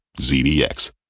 ZDX